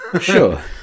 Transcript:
Sure